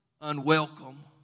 unwelcome